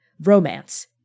romance